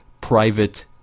private